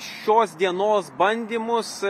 šios dienos bandymus